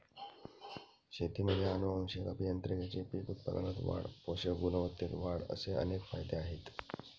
शेतीमध्ये आनुवंशिक अभियांत्रिकीचे पीक उत्पादनात वाढ, पोषक गुणवत्तेत वाढ असे अनेक फायदे आहेत